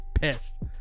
pissed